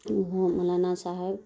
وہ مولانا صاحب